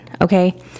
Okay